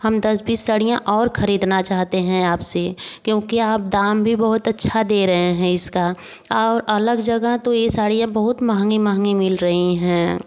हम दस बीस साड़ियाँ और ख़रीदना चाहते हैं आपसे क्योंकि आप दाम भी बहुत अच्छा दे रहे हैं इसका और अलग जगह तो ये साड़ियाँ बहुत महँगी महँगी मिल रही हैं